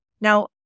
Now